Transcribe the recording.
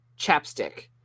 chapstick